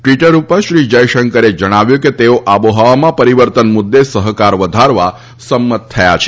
Twitter ઉપર શ્રી જયશંકરે જણાવ્યું હતું કે તેઓ આબોહવામાં પરીવર્તન મુદ્દે સહકાર વધારવા પણ સંમત થયા છે